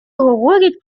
говорять